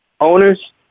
owners